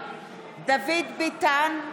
דוד ביטן ?